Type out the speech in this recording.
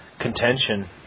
contention